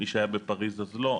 ומי שהיה בפריס אז לא.